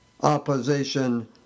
opposition